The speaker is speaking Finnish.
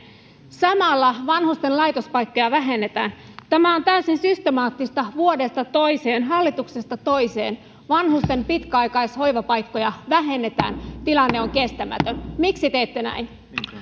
samalla vanhusten laitospaikkoja vähennetään tämä on täysin systemaattista vuodesta toiseen hallituksesta toiseen vanhusten pitkäaikaishoivapaikkoja vähennetään tilanne on kestämätön miksi teette näin